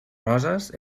roses